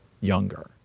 younger